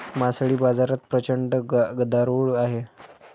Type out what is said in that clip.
मासळी बाजारात प्रचंड गदारोळ आहे